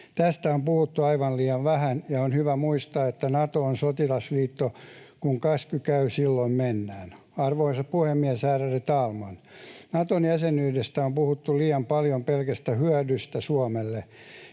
Tästä on puhuttu aivan liian vähän, ja on hyvä muistaa, että Nato on sotilasliitto: kun käsky käy, silloin mennään. Arvoisa puhemies, ärade talman! Naton jäsenyyden osalta on puhuttu liian paljon pelkästä hyödystä Suomelle.